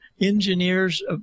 engineers